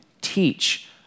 teach